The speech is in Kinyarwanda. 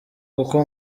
kuko